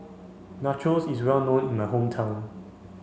Nachos is well known in my hometown